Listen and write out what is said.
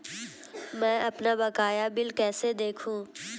मैं अपना बकाया बिल कैसे देखूं?